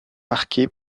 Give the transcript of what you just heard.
marqué